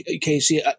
Casey